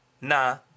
Nah